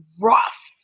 rough